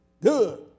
Good